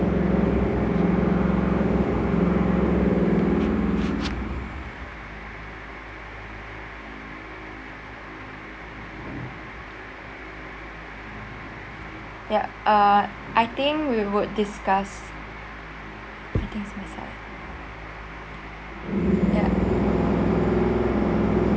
ya uh I think we would discuss I think it's myself ya